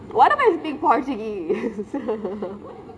what if I speak portuguese